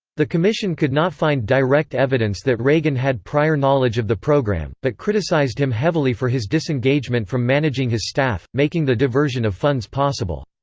the commission could not find direct evidence that reagan had prior knowledge of the program, but criticized him heavily for his disengagement from managing his staff, making the diversion of funds possible.